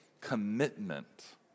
commitment